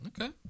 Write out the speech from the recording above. Okay